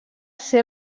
ser